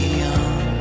young